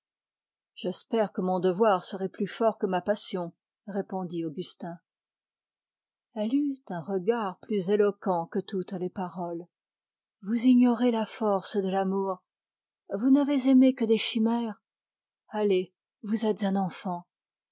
elle eut un regard plus éloquent que toutes les paroles vous ignorez la force de l'amour vous n'avez aimé que des chimères allez vous êtes un enfant